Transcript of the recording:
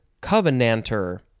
covenanter